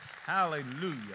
Hallelujah